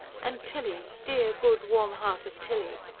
and tilly, dear, good, warm-hearted tilly!